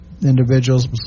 Individuals